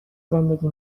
زندگی